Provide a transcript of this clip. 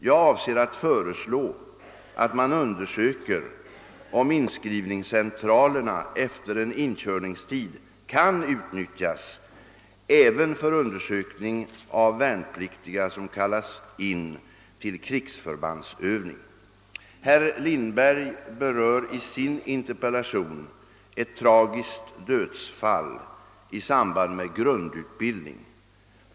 Jag avser att föreslå att man undersöker om inskrivningscentralerna efter en inkörningstid kan utnyttjas även för undersökning av värnpliktiga som kallas in till krigsförbandsövning. Herr Lindberg berör i sin interpellation ett tragiskt dödsfall i samband med grundutbildning.